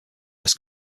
less